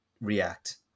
react